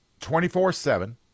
24-7